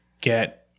get